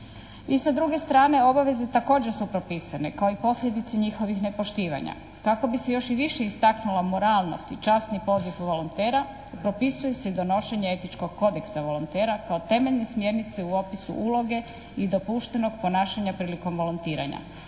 I sa druge strane, obaveze su također propisane kao i posljedice njihovih nepoštivanja kako bi se još više istaknula moralnost i časni poziv volontera propisuje se i donošenje etičkog kodeksa volontera kao temeljne smjernice u opisu uloge i dopuštenog ponašanja prilikom volontiranja.